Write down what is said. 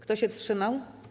Kto się wstrzymał?